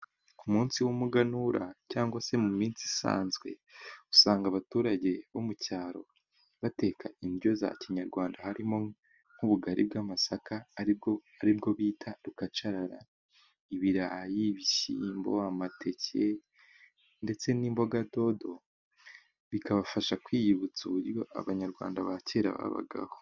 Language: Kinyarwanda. Ku munsi w'umuganura cyangwa se mu minsi isanzwe usanga abaturage bo mu cyaro bateka indyo za kinyarwanda harimo: nk'ubugari bw'amasaka aribwo aribwo bita rukacarara, ibirayi, ibishyimbo amateke ndetse n'imboga dodo, bikabafasha kwiyibutsa uburyo abanyarwanda ba kera babagaho.